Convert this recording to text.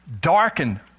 darkened